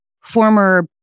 former